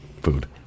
food